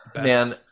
Man